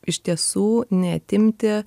iš tiesų neatimti